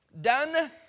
done